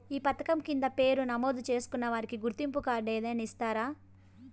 ఈ పథకం కింద పేరు నమోదు చేసుకున్న వారికి గుర్తింపు కార్డు ఏదైనా ఇస్తారా?